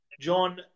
John